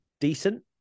decent